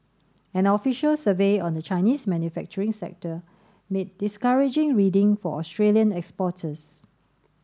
an official survey on the Chinese manufacturing sector made discouraging reading for Australian exporters